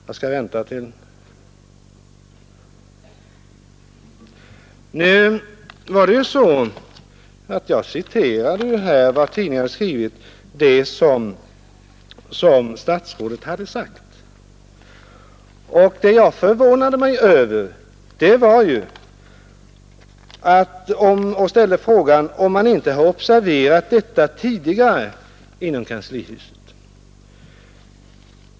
Jag citerade vad statsrådet hade sagt enligt vad tidningarna skrivit. Jag ställde frågan om man inte i Kanslihuset tidigare har observerat de negativa effekter som statsrådet Odhnoff påtalat enligt tidningsreferatet.